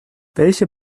welche